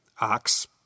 ox